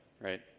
right